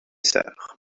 sœurs